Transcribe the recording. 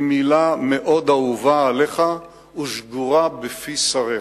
היא מלה מאוד אהובה עליך ושגורה בפי שריך.